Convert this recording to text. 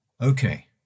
Okay